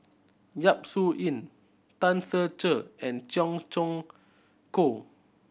Yap Su Yin Tan Ser Cher and Cheong Choong Kong